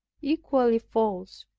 equally false,